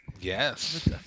Yes